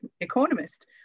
economist